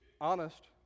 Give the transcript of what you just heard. honest